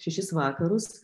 šešis vakarus